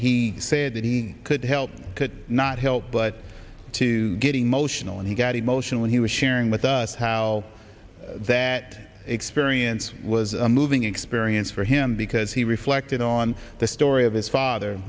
he said that he could help could not help but to getting motional and he got emotional when he was sharing with us how that experience was a moving experience for him because he reflected on the story of his father